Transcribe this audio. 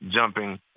jumping